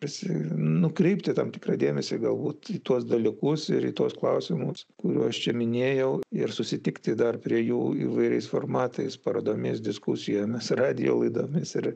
esi nukreipti tam tikrą dėmesį galbūt į tuos dalykus ir į tuos klausimus kuriuos čia minėjau ir susitikti dar prie jų įvairiais formatais parodomis diskusijomis radijo laidomis ir